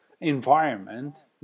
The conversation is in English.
environment